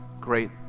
great